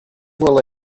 will